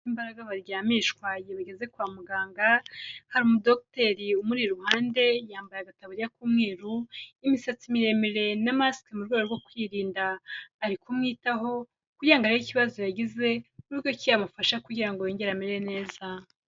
Baryamishwa igihe bigeze kwa muganga. Hari umudogiteri umuri iruhande yambaye agataburiya k'umweru n'imisatsi miremire na masike mu rwego rwo kwirinda. Ari kumwitaho kugirango arebe ikibazo yagize, n'uburyo ki yamufasha kugira ngo yongere amere neza.